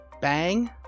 bang